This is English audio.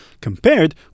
compared